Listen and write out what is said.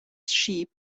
sheep